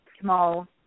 small